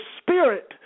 spirit